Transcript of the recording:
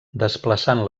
desplaçant